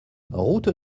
route